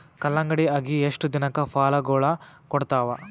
ಕಲ್ಲಂಗಡಿ ಅಗಿ ಎಷ್ಟ ದಿನಕ ಫಲಾಗೋಳ ಕೊಡತಾವ?